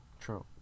True